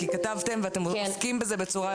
כי כתבתם ואתם עוסקים בזה בצורה